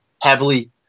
heavily